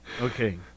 Okay